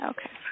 Okay